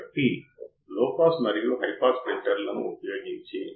కాబట్టి input offset voltage అంటే ఏమిటి